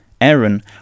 Aaron